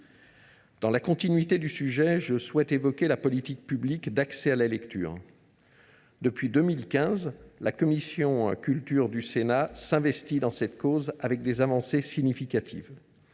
Pour continuer sur le sujet, je souhaite évoquer la politique publique d’accès à la lecture. Depuis 2015, la commission de la culture du Sénat s’investit dans cette cause, avec des avancées significatives.